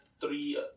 three